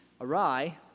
awry